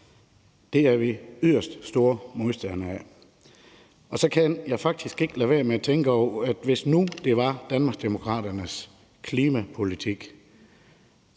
Det er vi yderst store modstandere af. Jeg kan faktisk ikke lade være med at tænke på, at hvis det nu var Danmarksdemokraternes klimapolitik,